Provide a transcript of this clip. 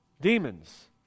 Demons